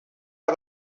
are